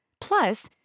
Plus